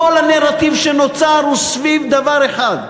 כל הנרטיב שנוצר הוא סביב דבר אחד: